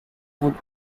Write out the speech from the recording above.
would